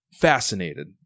fascinated